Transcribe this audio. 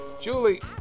Julie